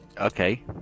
Okay